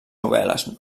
novel·les